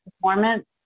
performance